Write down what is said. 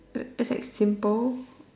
it's as simple